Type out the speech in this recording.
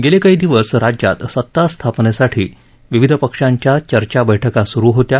गेले काही दिवस राज्यात सता स्थापनेसाठी विविध पक्षांच्या चर्चा बैठका सुरु होत्या